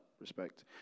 respect